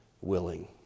willing